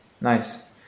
nice